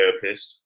therapist